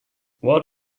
what